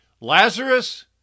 Lazarus